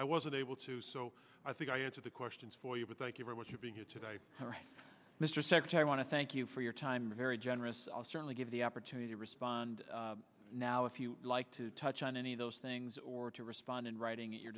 unable to so i think i answered the questions for you but thank you very much for being here today mr secretary i want to thank you for your time a very generous i'll certainly give the opportunity to respond now if you like to touch on any of those things or to respond in writing at your